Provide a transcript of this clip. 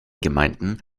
gemeinden